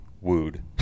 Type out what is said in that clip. wooed